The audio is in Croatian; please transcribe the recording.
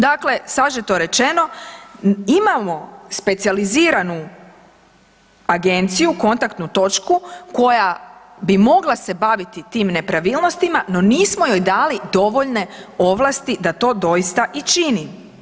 Dakle, sažeto rečeno imamo specijaliziranu agenciju, kontaktnu točku koja bi mogla se baviti tim nepravilnostima no nismo joj dali dovoljne ovlasti da to doista i čini.